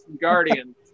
Guardians